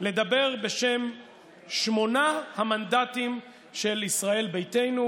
לדבר בשם שמונת המנדטים של ישראל ביתנו,